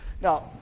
now